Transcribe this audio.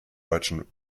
deutschen